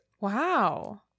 wow